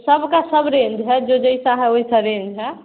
सब का सब रेंज है जो जैसा है वैसा रेंज है